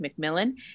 McMillan